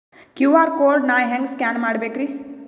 QR code ನಾ ಹೆಂಗ scan ಮಾಡಬೇಕ್ರಿ?